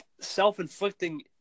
self-inflicting